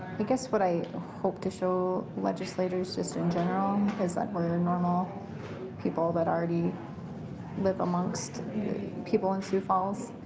but guess what i hope to show legislators, just in general, is that we're normal people that already live amongst people in sioux falls.